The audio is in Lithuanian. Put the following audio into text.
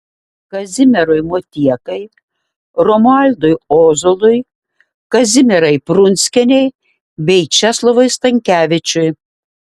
kazimierui motiekai romualdui ozolui kazimierai prunskienei bei česlovui stankevičiui